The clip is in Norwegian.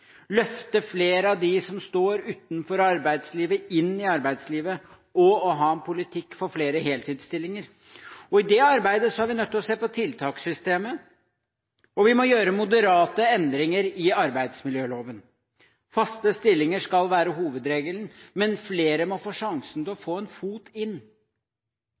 løfte flere av dem som står utenfor arbeidslivet, inn i arbeidslivet, og en politikk for flere heltidsstillinger. I det arbeidet er vi nødt til å se på tiltakssystemet, og vi må gjøre moderate endringer i arbeidsmiljøloven. Faste stillinger skal være hovedregelen, men flere må få sjansen til å få en fot inn.